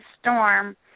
storm